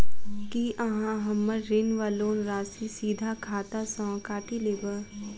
की अहाँ हम्मर ऋण वा लोन राशि सीधा खाता सँ काटि लेबऽ?